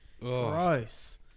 Gross